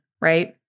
right